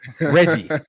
Reggie